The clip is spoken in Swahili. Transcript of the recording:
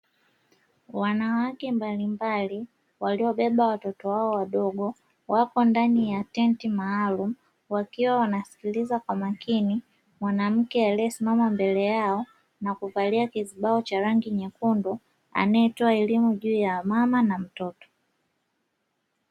Wanawake mbalimbali waliobeba watoto wao wadogo wapo ndani ya tenti maalumu, wakiwa wanasikiliza kwa umakini mwanamke aliyesimama mbele yao, na kuvalia kizibao cha rangi nyekundu anayetoa elimu juu ya mama na mtoto.